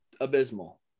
abysmal